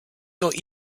your